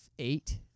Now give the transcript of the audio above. Eight